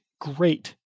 great